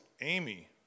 Amy